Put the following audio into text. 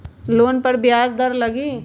Loan पर ब्याज दर लगी?